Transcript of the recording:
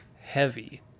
heavy